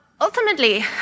ultimately